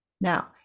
now